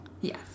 Yes